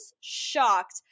shocked